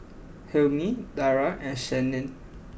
Hilmi Dara and Senin